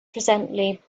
presently